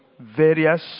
various